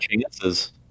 chances